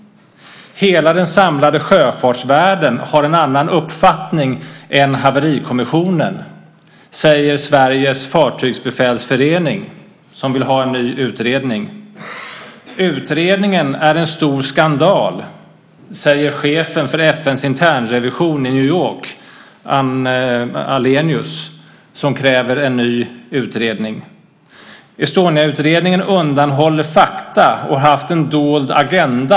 Hela den samlade sjöfartsvärlden har en annan uppfattning än Haverikommissionen. Det säger Sveriges Fartygsbefälsförening, som vill ha en ny utredning. Utredningen är en stor skandal. Det säger chefen för FN:s internrevision i New York Inga-Britt Ahlenius, som kräver en ny utredning. Estoniautredningen undanhåller fakta och har haft en dold agenda.